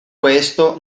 questo